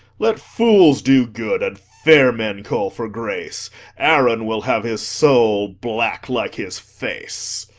let fools do good, and fair men call for grace aaron will have his soul black like his face.